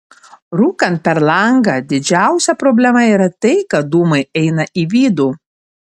rūkant per langą didžiausia problema yra tai kad dūmai eina į vidų